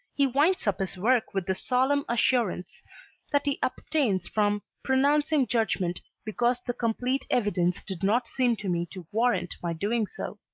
he winds up his work with the solemn assurance that he abstains from pronouncing judgment because the complete evidence did not seem to me to warrant my doing so.